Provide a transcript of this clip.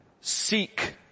seek